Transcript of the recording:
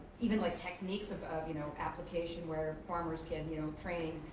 even like techniques of of you know application where farmers can you know train.